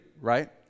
Right